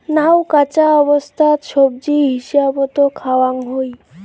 নাউ কাঁচা অবস্থাত সবজি হিসাবত খাওয়াং হই